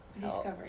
discovery